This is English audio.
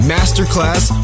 Masterclass